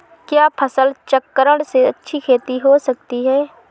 क्या फसल चक्रण से अच्छी खेती हो सकती है?